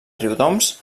riudoms